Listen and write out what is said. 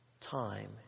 time